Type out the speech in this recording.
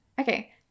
Okay